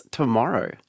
tomorrow